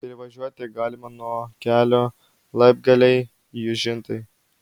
privažiuoti galima nuo kelio laibgaliai jūžintai